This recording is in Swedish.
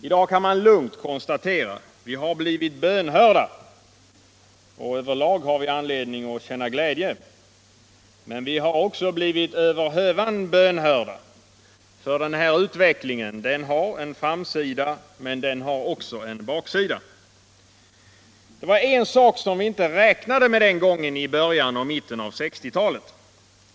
I dag kan man lugnt konstatera att vi har blivit bönhörda, och över lag har vi anledning att känna glädje. Men vi har också blivit över hövan bönhörda. Den här utvecklingen har en framsida, men den har också en baksida. Det var en sak som vi inte räknade med den gången i början och mitten av 1960-talet.